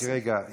רק רגע.